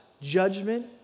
judgment